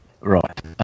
Right